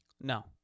No